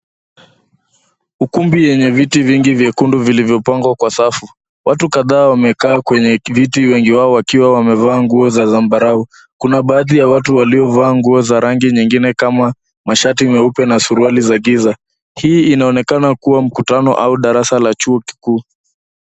Ukumbi yenye viti vingi vyekundu vilivyopangwa kwa safu. Watu kadhaa wamekaa kwenye viti wengi wao wakiwa wamevaa nguo za zambarau. Kuna baadhi ya watu waliovaa nguo za rangi nyingine kama mashati meupe na suruali za giza. Hii inaonekana kuwa mkutano au darasa la chuo kikuu.